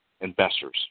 investors